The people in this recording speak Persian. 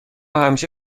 همیشه